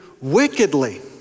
wickedly